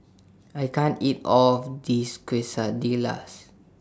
I can't eat All of This Quesadillas